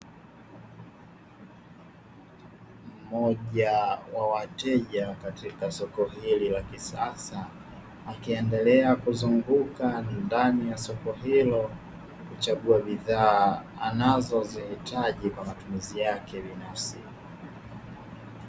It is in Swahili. Mmoja wa wateja katika soko hili la kisasa, akiendelea kuzunguka ndani ya soko hilo kuchagua bidhaa anazozihitaji kwa matumizi yake binafsi.